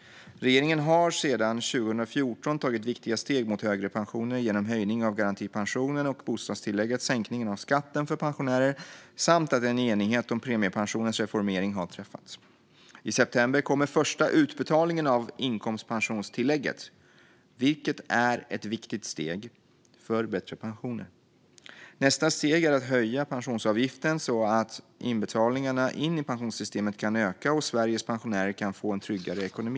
Regeringen har sedan 2014 tagit viktiga steg mot högre pensioner genom höjning av garantipensionen och bostadstillägget, sänkning av skatten för pensionärer, samt att en enighet om premiepensionens reformering har träffats. I september kommer första utbetalningen av inkomstpensionstillägget, vilket är ett viktigt steg för bättre pensioner. Nästa steg är att höja pensionsavgiften så att inbetalningarna in i pensionssystemet kan öka och Sveriges pensionärer kan få en tryggare ekonomi.